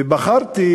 ובחרתי